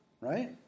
right